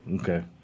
Okay